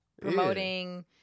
Promoting